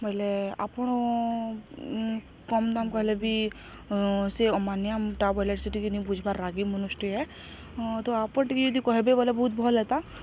ବୋଇଲେ ଆପଣ କମ ଦାମ କହିଲେ ବି ସେ ଅମାନିଆ ଟା ବୋଲେର୍ ସେ ଟିକେ ନି ବୁଝବାର୍ ରାଗୀ ମନୁଷ୍ ଟିଏ ତ ଆପଣ ଟିକେ ଯଦି କହିବେ ବୋଇଲେ ବହୁତ ଭଲ୍ ହେତା